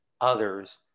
others